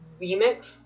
remix